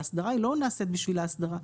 האסדרה היא לא נעשית בשביל האסדרה,